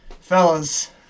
Fellas